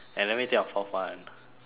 and let me think of fourth one